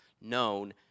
known